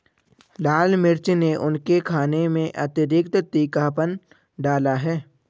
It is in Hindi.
लाल मिर्च ने उनके खाने में अतिरिक्त तीखापन डाला है